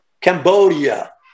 Cambodia